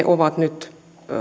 ovat nyt